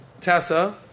tessa